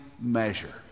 measure